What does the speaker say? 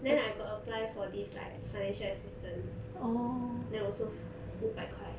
then I got apply for this like financial assistance then also 五百块